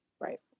Right